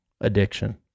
addiction